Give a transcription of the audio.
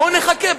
בואו נחכה,